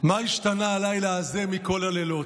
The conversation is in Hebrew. מה השתנה הלילה הזה מכל הלילות?